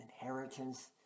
inheritance